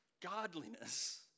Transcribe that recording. godliness